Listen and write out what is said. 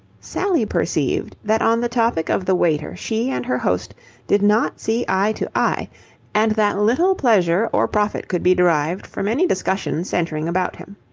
sally perceived that on the topic of the waiter she and her host did not see eye to eye and that little pleasure or profit could be derived from any discussion centring about him.